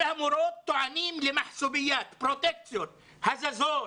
המורים והמורות טוענים לפרוטקציות, הזזות,